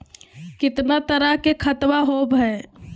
कितना तरह के खातवा होव हई?